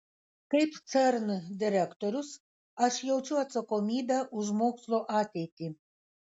kaip cern direktorius aš jaučiu atsakomybę už mokslo ateitį